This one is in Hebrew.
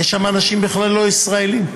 יש שם אנשים לא ישראלים בכלל,